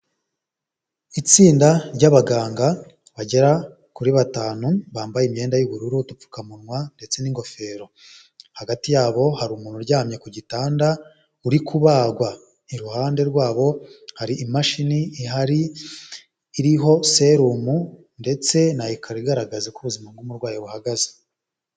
Itsinda ry'abaganga bagera kuri batanu, bambaye imyenda yubururu, upfukamunwa ndetse n'ingofero, hagati yabo hari umuntu uryamye ku gitanda, uri kubagwa, iruhande rwabo, hari imashini ihari iriho serumu, ndetse na ekara igaragaza uko ubuzima bw'umurwayi buhagaze.